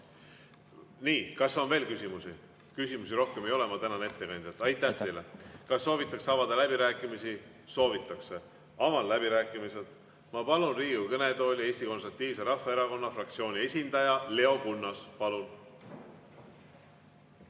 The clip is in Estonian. Kas on veel küsimusi? Küsimusi rohkem ei ole. Ma tänan ettekandjat! Aitäh teile! Kas soovitakse avada läbirääkimised? Soovitakse. Avan läbirääkimised ja palun Riigikogu kõnetooli Eesti Konservatiivse Rahvaerakonna fraktsiooni esindaja Leo Kunnase. Kas